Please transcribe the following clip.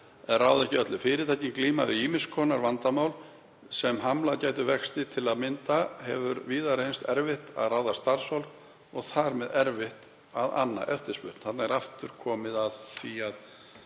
ráða ekki öllu. Fyrirtækin glíma við ýmis önnur vandamál sem hamlað gætu vexti. Til að mynda hefur víða reynst erfitt að ráða starfsfólk og þar með erfitt að anna eftirspurn.“ — Þarna er aftur komið að því að